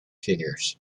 figures